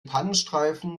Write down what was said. pannenstreifen